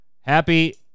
happy